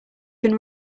can